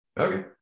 okay